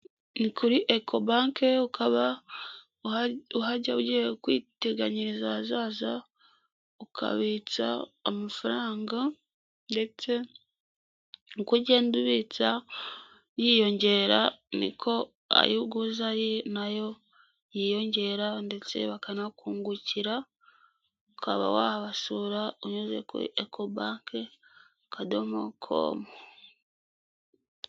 Ni kuri eko banke ukabahajya ugiye kwiteganyiriza ahazaza ukabitsa amafaranga ndetse uko ugenda ubitsa yiyongera niko ayo uguza nayo yiyongera ndetse bakanakungukira ukaba wabasura unyuze kuri eko. comu.